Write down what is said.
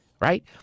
right